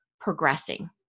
progressing